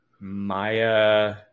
Maya